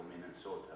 Minnesota